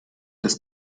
des